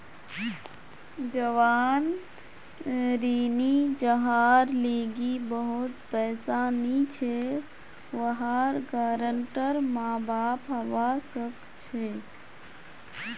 जवान ऋणी जहार लीगी बहुत पैसा नी छे वहार गारंटर माँ बाप हवा सक छे